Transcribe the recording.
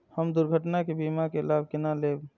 हम दुर्घटना के बीमा के लाभ केना लैब?